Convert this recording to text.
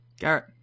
Garrett